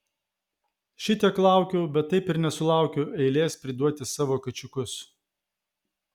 šitiek laukiau bet taip ir nesulaukiau eilės priduoti savo kačiukus